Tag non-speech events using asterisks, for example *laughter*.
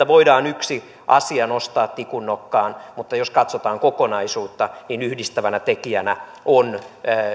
*unintelligible* voidaan yksi asia nostaa tikunnokkaan mutta jos katsotaan kokonaisuutta niin yhdistävänä tekijänä on